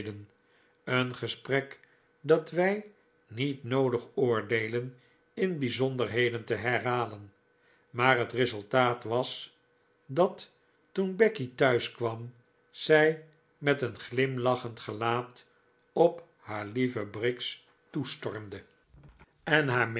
een gesprek dat wij niet noodig oordeelen in bijzonderheden te herhalen maar het resultaat was dat toen becky thuis kwam zij met een glimlachend gelaat op haar lieve briggs toestormde en